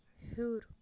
ہیوٚر